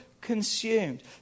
consumed